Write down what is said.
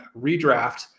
redraft